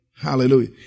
Hallelujah